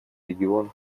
регион